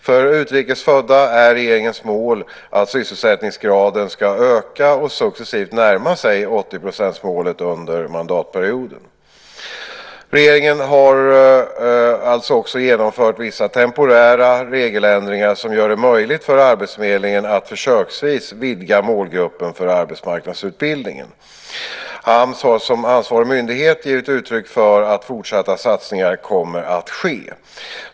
För utrikesfödda är regeringens mål att sysselsättningsgraden ska öka och successivt närma sig 80-procentsmålet under mandatperioden. Regeringen har även genomfört vissa temporära regeländringar som gör det möjligt för arbetsförmedlingen att försöksvis vidga målgruppen för arbetsmarknadsutbildning. AMS har som ansvarig myndighet givit uttryck för att fortsatta satsningar kommer att ske.